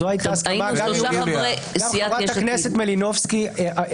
היינו שלושה חברי סיעת יש עתיד.